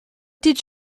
did